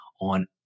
on